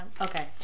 Okay